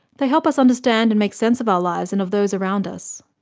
they help us understand and make sense of our lives and of those around us.